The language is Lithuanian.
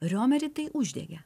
riomerį tai uždegė